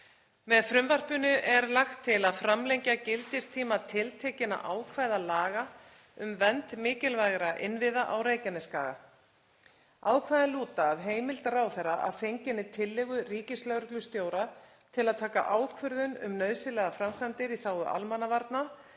Með frumvarpinu er lagt til að framlengja gildistíma tiltekinna ákvæða laga um vernd mikilvægra innviða á Reykjanesskaga. Ákvæðin lúta að heimild ráðherra, að fenginni tillögu ríkislögreglustjóra, til að taka ákvörðun um nauðsynlegar framkvæmdir í þágu almannavarna